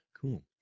Cool